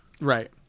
Right